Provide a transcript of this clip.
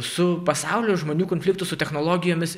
su pasauliu žmonių konfliktus su technologijomis